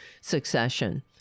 succession